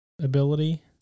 ability